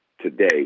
today